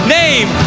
name